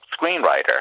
screenwriter